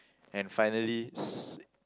and finally